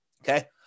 Okay